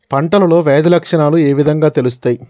పంటలో వ్యాధి లక్షణాలు ఏ విధంగా తెలుస్తయి?